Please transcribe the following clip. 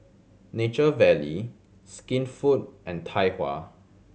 Nature Valley Skinfood and Tai Hua